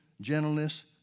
gentleness